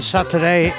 Saturday